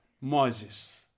Moses